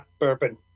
burping